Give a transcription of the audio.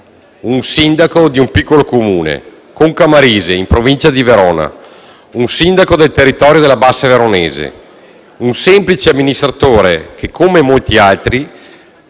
un sindaco di un piccolo Comune - Concamarise in provincia di Verona - un sindaco del territorio della Bassa Veronese, un semplice amministratore che, come molti altri,